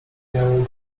miało